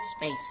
space